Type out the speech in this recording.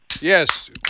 Yes